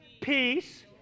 peace